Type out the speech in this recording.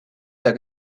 der